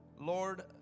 Lord